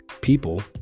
people